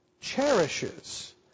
cherishes